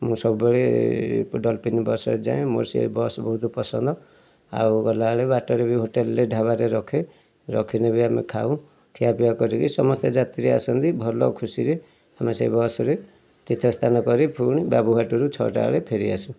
ମୁଁ ସବୁବେଳେ ଡଲଫିନ୍ ବସ୍ରେ ଯାଏ ମୋର ସେ ବସ୍ ବହୁତ ପସନ୍ଦ ଆଉ ଗଲା ବେଲେ ବାଟରେ ବି ହୋଟେଲ୍ରେ ଢ଼ବାରେ ରଖେ ରଖିନେ ବି ଆମେ ଖାଉ ଖିଆପିଆ କରିକି ସମସ୍ତେ ଯାତ୍ରୀ ଆସନ୍ତି ଭଲ ଖୁସିରେ ଆମେ ସେଇ ବସ୍ରେ ତୀର୍ଥ ସ୍ଥାନ କରି ପୁଣି ବାବୁଘାଟରୁ ଛଅଟା ବେଳେ ଫେରି ଆସୁ